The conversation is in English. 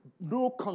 no